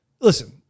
listen